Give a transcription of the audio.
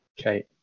Okay